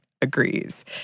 agrees